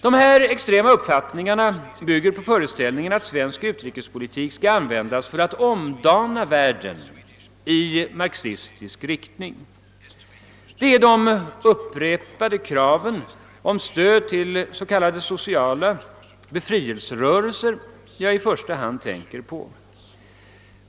Dessa extrema uppfattningar bygger på föreställningen att svensk utrikespolitik skall användas för att omdana världen i marxistisk riktning. Jag tänker nu i första hand på de upprepade kraven om stöd till s.k. sociala befrielserörelser.